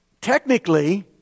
technically